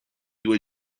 due